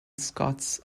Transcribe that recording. scots